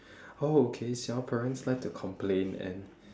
oh okay singaporeans like to complain and